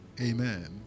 Amen